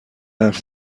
حرف